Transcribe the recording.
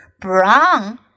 Brown